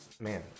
man